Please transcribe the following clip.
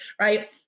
right